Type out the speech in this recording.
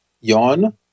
Yawn